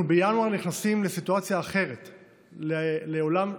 בינואר אנחנו נכנסים לסיטואציה אחרת, לעולם שונה,